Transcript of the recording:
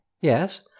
yes